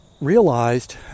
realized